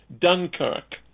Dunkirk